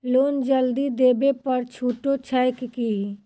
Loan जल्दी देबै पर छुटो छैक की?